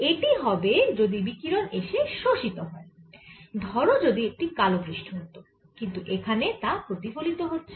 এটি হবে যদি বিকিরণ এসে শোষিত হয় ধরো যদি একটি কালো পৃষ্ঠ হত কিন্তু এখানে তা প্রতিফলিত হচ্ছে